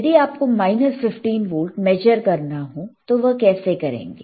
यदि आपको minus 15 volt measure करना हो तो वह कैसे करेंगे